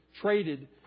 traded